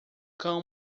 cão